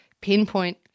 pinpoint